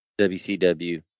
WCW